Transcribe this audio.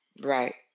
Right